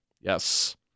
Yes